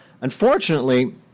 Unfortunately